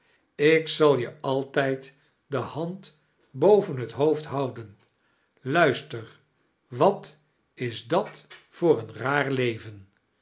ik zal je altijd de hand boven het hoofd houden luister wat is dat voor een raar leven